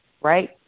right